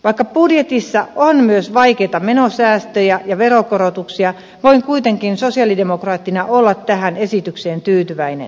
vaikka budjetissa on myös vaikeita menosäästöjä ja veronkorotuksia voin kuitenkin sosialidemokraattina olla tähän esitykseen tyytyväinen